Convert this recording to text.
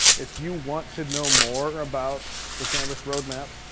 if you want to know more about the canvas roadmap,